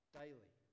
daily